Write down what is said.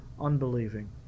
unbelieving